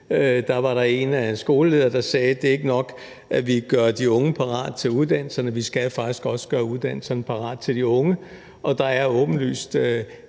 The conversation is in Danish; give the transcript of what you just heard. var der en skoleleder, der sagde: Det er ikke nok, at vi gør de unge parat til uddannelserne. Vi skal faktisk også gøre uddannelserne parat til de unge. Og der er åbenlyst